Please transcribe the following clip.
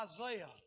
Isaiah